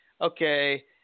okay